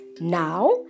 Now